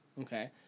Okay